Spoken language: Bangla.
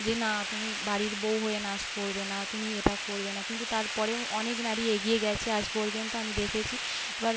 যে না তুমি বাড়ির বউ হয়ে নাচ করবে না তুমি এটা করবে না কিন্তু তারপরেও অনেক নারী এগিয়ে গিয়েছে আজ পর্যন্ত আমি দেখেছি এবার